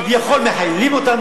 כביכול מחיילים אותם,